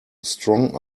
strong